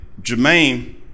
Jermaine